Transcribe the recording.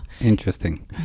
Interesting